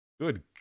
Good